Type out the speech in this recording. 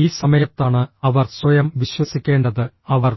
ഈ സമയത്താണ് അവർ സ്വയം വിശ്വസിക്കേണ്ടത് അവർ